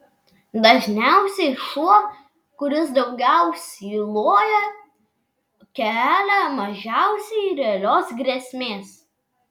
dažniausiai šuo kuris daugiausiai loja kelia mažiausiai realios grėsmės